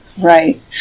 Right